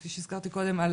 כפי שהזכרתי קודם,